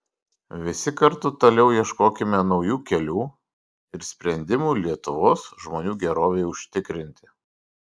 visi kartu toliau ieškokime naujų kelių ir sprendimų lietuvos žmonių gerovei užtikrinti